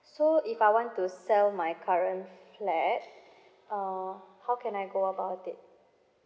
so if I want to sell my current flat uh how can I go about it